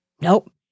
Nope